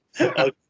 okay